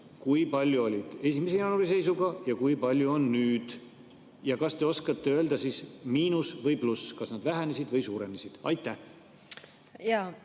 Kui palju oli 1. jaanuari seisuga ja kui palju on nüüd? Ja kas te oskate öelda, kas miinus või pluss, kas nad vähenesid või suurenesid? Aitäh!